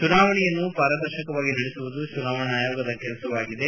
ಚುನಾವಣೆಯನ್ನು ಪಾರದರ್ಶಕವಾಗಿ ನಡೆಸುವುದು ಚುನಾವಣೆ ಆಯೋಗದ ಕೆಲಸವಾಗಿದೆ